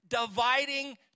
Dividing